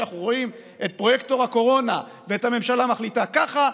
כשאנחנו רואים את פרויקטור הקורונה ואת הממשלה מחליטה ככה,